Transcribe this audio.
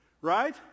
right